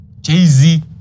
Jay-Z